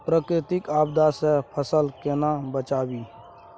प्राकृतिक आपदा सं फसल केना बचावी?